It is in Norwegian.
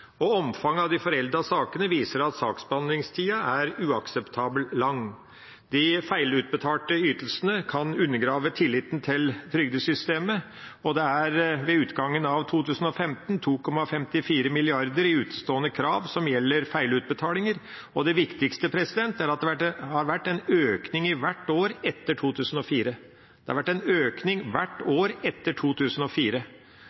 Omfanget av de foreldete sakene viser at saksbehandlingstida er uakseptabelt lang. De feilutbetalte ytelsene kan undergrave tilliten til trygdesystemet. Det er ved utgangen av 2015 2,54 mrd. kr i utestående krav som gjelder feilutbetalinger. Det viktigste er at det har vært en økning hvert år etter 2004. Og hva var det